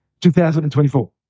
2024